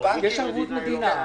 יש ערבות מדינה.